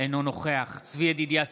אינו נוכח צבי ידידיה סוכות,